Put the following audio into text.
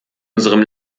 unserem